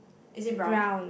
is it brown